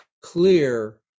clear